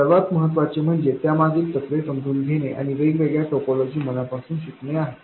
सर्वात महत्त्वाचे म्हणजे त्यामागील तत्त्वे समजून घेणे आणि वेगवेगळ्या टोपोलॉजी मनापासून शिकणे आहे